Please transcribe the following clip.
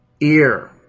ear